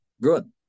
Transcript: good